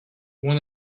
one